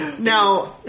Now